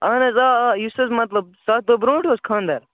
اَہَن حظ آ آ یُس حظ مطلب سَتھ دۄہ برٛونٛٹھ اوس خانٛدَر